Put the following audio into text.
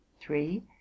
three